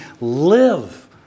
live